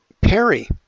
Perry